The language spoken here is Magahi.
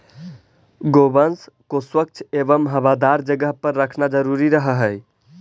गोवंश को स्वच्छ एवं हवादार जगह पर रखना जरूरी रहअ हई